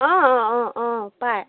অঁ অঁ অঁ অঁ পায়